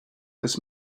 this